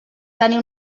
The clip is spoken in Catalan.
tenir